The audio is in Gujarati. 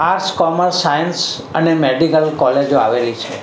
આર્ટ્સ કોમર્સ સાયન્સ અને મેડિકલ કોલેજો આવેલી છે